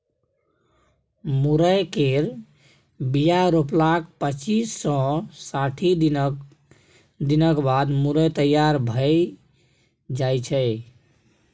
मुरय केर बीया रोपलाक पच्चीस सँ साठि दिनक बाद मुरय तैयार भए जाइ छै